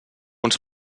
uns